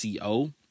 .co